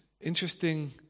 interesting